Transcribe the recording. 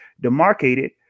demarcated